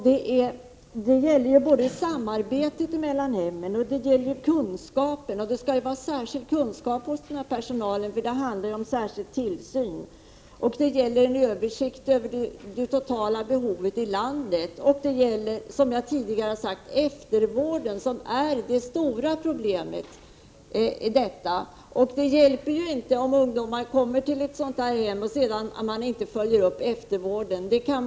Det gäller samarbetet mellan hemmen, det gäller kunskapen — det skall vara särskild kunskap hos personalen, eftersom det handlar om särskild tillsyn — och det gäller eftervården, som är det stora problemet. Det hjälper ju inte om ungdomar kommer till ett sådant här hem, om man sedan inte följer upp det med eftervård.